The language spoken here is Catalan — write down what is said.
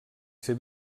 ser